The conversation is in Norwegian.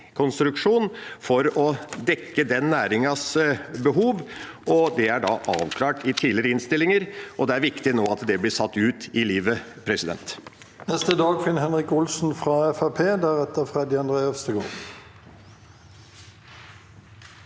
for å dekke den næringens behov. Det er avklart i tidligere innstillinger, og det er viktig nå at det blir satt ut i livet. Dagfinn